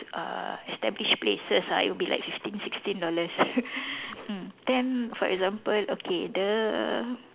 uh established places ah it would be like fifteen sixteen dollars mm then for example okay the